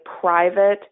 private